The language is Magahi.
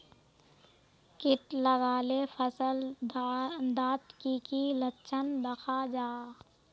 किट लगाले फसल डात की की लक्षण दखा जहा?